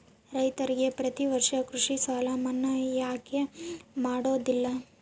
ರೈತರಿಗೆ ಪ್ರತಿ ವರ್ಷ ಕೃಷಿ ಸಾಲ ಮನ್ನಾ ಯಾಕೆ ಮಾಡೋದಿಲ್ಲ?